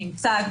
מיוצג,